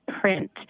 print